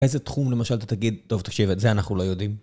איזה תחום למשל אתה תגיד, טוב תקשיב את זה אנחנו לא יודעים.